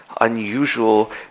unusual